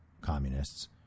communists